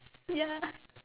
ya